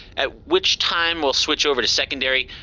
at which time we'll switch over to secondary.